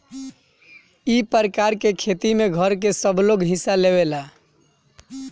ई प्रकार के खेती में घर के सबलोग हिस्सा लेवेला